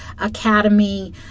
Academy